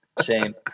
Shame